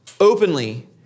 openly